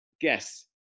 Guess